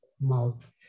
mouth